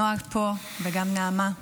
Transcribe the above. נועה פה וגם נעמה.